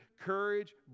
courage